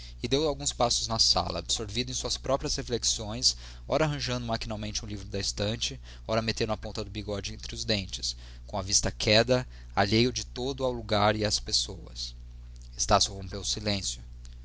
e deu alguns passos na sala absorvido em suas próprias reflexões ora arranjando maquinalmente um livro da estante ora metendo a ponta do bigode entre os dentes com a vista queda alheio de todo ao lugar e às pessoas estácio rompeu o silêncio